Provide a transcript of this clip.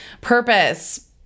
purpose